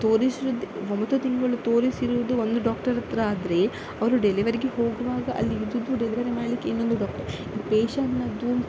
ತೋರಿಸುದು ಒಂಬತ್ತು ತಿಂಗಳು ತೋರಿಸಿರುವುದು ಒಂದು ಡಾಕ್ಟರ್ ಹತ್ರ ಆದರೆ ಅವರು ಡೆಲಿವರಿಗೆ ಹೋಗುವಾಗ ಅಲ್ಲಿ ಇರುವುದು ಡೆಲಿವರಿ ಮಾಡಲಿಕ್ಕೆ ಇನ್ನೊಂದು ಡಾಕ್ಟರ್ ಪೇಶೆಂಟ್ನದ್ದು